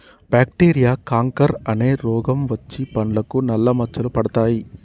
bacteria canker అనే రోగం వచ్చి పండ్లకు నల్ల మచ్చలు పడతాయి